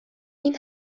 این